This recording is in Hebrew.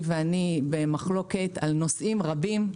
היא ואני במחלוקות בנושאים רבים.